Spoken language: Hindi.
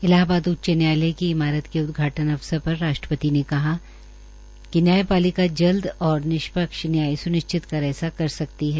इलाहबाद उच्च न्यायालय की इमारत के उदघाटन अवसर पर राष्ट्रपति ने कहा कि न्यायपालिका जल्द और निष्पक्ष न्याय स्निश्चित कर ऐसा कर सकती है